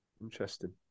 Interesting